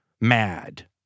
mad